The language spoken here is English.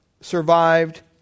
survived